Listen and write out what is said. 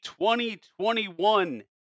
2021